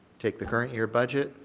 take the current year budget,